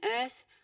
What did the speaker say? earth